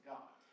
God